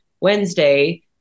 Wednesday